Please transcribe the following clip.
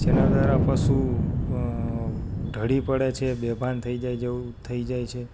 જેના દ્વારા પશુ ઢળી પડે છે બેભાન થઈ જાય તેવું થઈ જાય છે